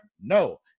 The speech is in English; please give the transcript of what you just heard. No